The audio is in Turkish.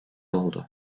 oldu